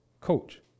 coach